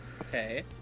Okay